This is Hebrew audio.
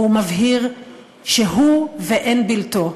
והוא מבהיר שהוא ואין בלתו.